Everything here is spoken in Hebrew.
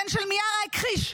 הבן של מיארה הכחיש,